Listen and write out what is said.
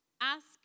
ask